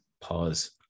pause